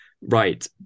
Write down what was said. Right